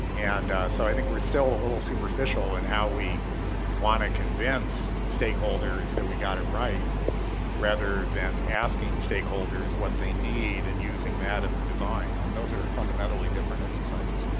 and and so i think we're still a little superficial and how we want to convince stakeholders that we got it right rather than asking stakeholders what they need and using that in the design and those are fundamentally different exercises.